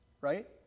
right